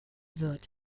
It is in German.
wird